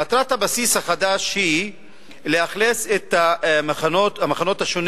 מטרת הבסיס החדש היא לשכן את המחנות השונים